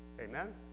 Amen